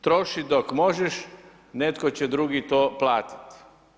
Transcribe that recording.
Troši dok možeš, netko će drugi to platiti.